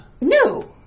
No